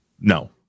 No